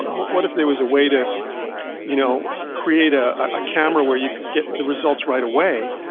and what what if there was a way to you know create ah a camera where you could get the results right away?